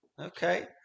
okay